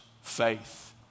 faith